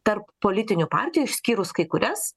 tarp politinių partijų išskyrus kai kurias